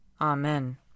Amen